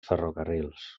ferrocarrils